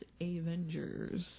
Avengers